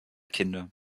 kinder